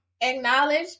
acknowledge